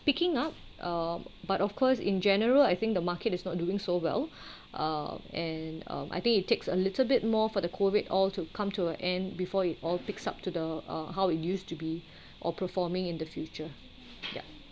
picking up uh but of course in general I think the market is not doing so well uh and uh I think it takes a little bit more for the COVID all to come to a end before it all picks up to the uh how it used to be or performing in the future ya